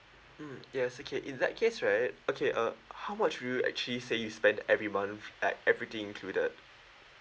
mm yes okay in that case right okay uh how much will you actually say you spend every month f~ at everything included